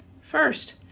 First